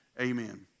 Amen